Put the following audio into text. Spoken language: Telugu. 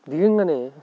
దిగంగానే